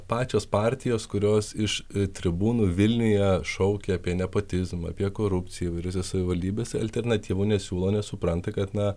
pačios partijos kurios iš tribūnų vilniuje šaukia apie nepotizmą apie korupciją įvairiose savivaldybės alternatyvų nesiūlo nes supranta kad na